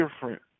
different